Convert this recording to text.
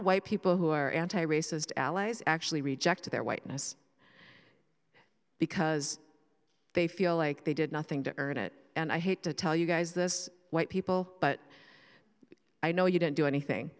of white people who are anti racist allies actually reject their whiteness because they feel like they did nothing to earn it and i hate to tell you guys this white people but i know you didn't do anything